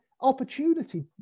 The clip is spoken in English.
opportunity